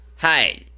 hi